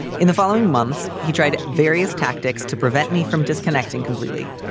in the following months, he tried various tactics to prevent me from disconnecting completely.